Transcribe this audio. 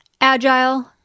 agile